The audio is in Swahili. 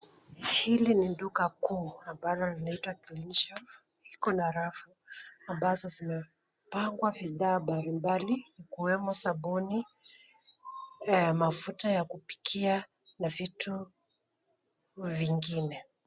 Hili ni duka kuu ambalo linaitwa cs[Clean Shelf]cs, iko na rafu ambazo zimepangwa bidhaa mbalimbali ikiwemo sabuni, mafuta ya kupikia na vitu vingine.